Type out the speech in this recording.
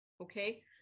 Okay